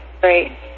Great